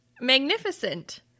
magnificent